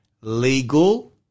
legal